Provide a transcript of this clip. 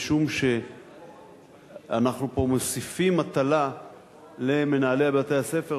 משום שאנחנו פה מוסיפים מטלה למנהלי בתי-הספר,